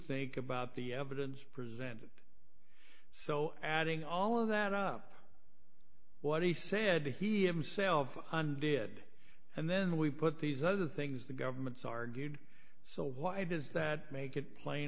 think about the evidence presented so adding all of that up what he said he himself on the it and then we put these other things the government's argued so why does that make it plain